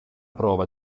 prova